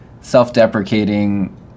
self-deprecating